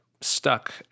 stuck